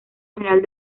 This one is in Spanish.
general